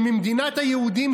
שממדינת היהודים,